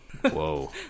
Whoa